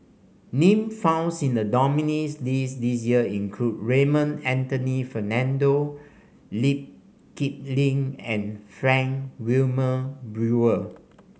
name founds in the nominees' list this year include Raymond Anthony Fernando Lee Kip Lin and Frank Wilmin Brewer